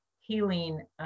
healing